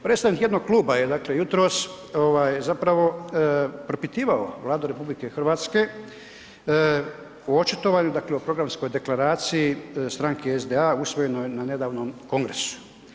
Predstavnik jednog kluba je dakle jutros zapravo propitivao Vladu RH u očitovanu dakle o programskoj deklaraciji stranke SDA usvojenoj na nedavnom kongresu.